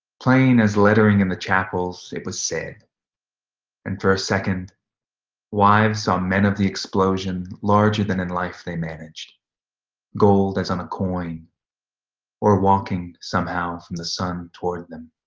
plain as lettering in the chapels it was said and for a second wives saw um men of the explosion larger than in life they managed gold as on a coin or walking somehow from the sun towards them